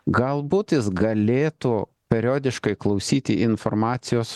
galbūt jis galėtų periodiškai klausyti informacijos